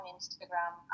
Instagram